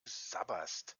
sabberst